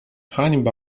hańba